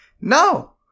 No